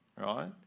right